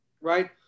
right